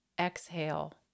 exhale